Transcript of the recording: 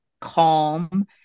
calm